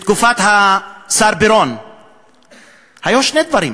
בתקופת השר פירון היו שני דברים,